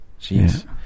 Jeez